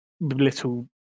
little